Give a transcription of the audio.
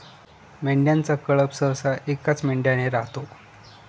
मेंढ्यांचा कळप सहसा एकाच मेंढ्याने राहतो